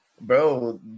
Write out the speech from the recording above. bro